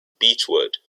beechwood